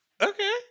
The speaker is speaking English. Okay